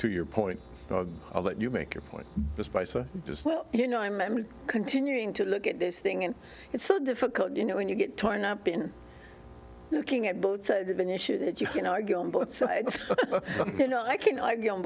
to your point that you make your point this by so just well you know i'm continuing to look at this thing and it's so difficult you know when you get torn up in looking at both sides of an issue that you can argue on both sides you know i can argue on